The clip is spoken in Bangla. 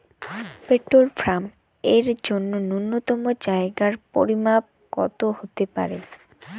পোল্ট্রি ফার্ম এর জন্য নূন্যতম জায়গার পরিমাপ কত হতে পারে?